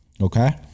Okay